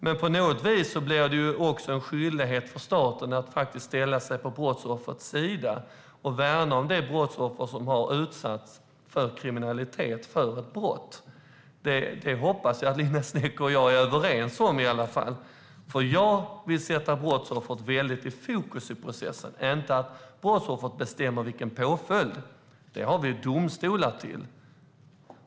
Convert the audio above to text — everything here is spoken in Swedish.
Men på något vis blir det ju också en skyldighet för staten att ställa sig på brottsoffrets sida och värna om det brottsoffer som har utsatts för kriminalitet - för ett brott. Det hoppas jag att Linda Snecker och jag är överens om i alla fall. Jag vill sätta brottsoffret i fokus, men brottsoffret ska inte bestämma påföljd. Det har vi domstolar till.